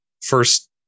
first